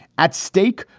at stake,